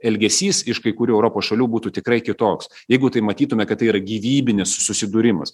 elgesys iš kai kurių europos šalių būtų tikrai kitoks jeigu tai matytume kad tai yra gyvybinis susidūrimas